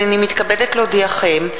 הנני מתכבדת להודיעכם,